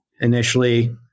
initially